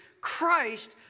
Christ